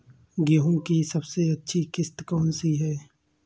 गेहूँ की सबसे अच्छी किश्त कौन सी होती है?